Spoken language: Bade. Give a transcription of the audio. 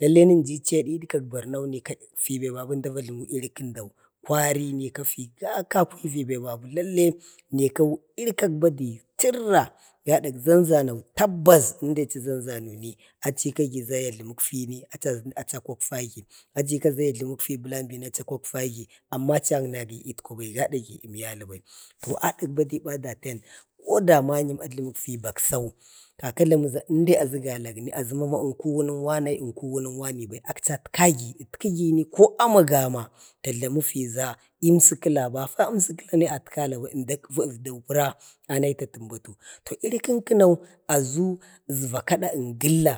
lallai min ji i chayad di kak barno be babi əmda vajləmi ili kəndau. kwari nikafi gakaku bebabu lallai nikau iri kak badi chirra gadak ʒanʒano tabbas indai achi ʒanʒanoni achi kagiʒa ya jləmək fi achi jləmi, achi a kwafagi. achi ika ʒa ya jləmək be belanbi na achi a kwafkagi amma a channagi i ətkwabai gada gi əmyalibai. to adək badiba daten koda ma'yəm ajləmi fi gaksau kaka jlaməʒa indai aʒu galak. aʒu mama ənku wunək wanai, nənku wunuk wani bai, akchi atkahi. ʒtkigini ko ama gama ta jlami fiʒa i əmsəkəla, bafa əmsəkəla ne atkala bai, əmdau əfda pəra a nayi da təmbətu, to iri kənkəno aʒu əʒva ada əngəlla